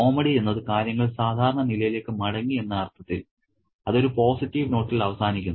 comedy എന്നത് കാര്യങ്ങൾ സാധാരണ നിലയിലേക്ക് മടങ്ങി എന്ന അർത്ഥത്തിൽ അത് ഒരു പോസിറ്റീവ് നോട്ടിൽ അവസാനിക്കുന്നു